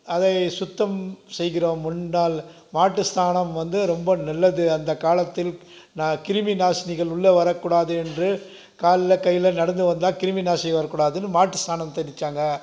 அதை சுத்தம் செய்கிறோம் முண்டால் மாட்டு சாணம் வந்து ரொம்ப நல்லது அந்த காலத்தில் கிருமி நாசினிகள் உள்ள வரக் கூடாது என்று காலில் கையில் நடந்து வந்தால் கிருமி நாசினி வரக்கூடாதுனு மாட்டு சாணம் தெளிச்சாங்க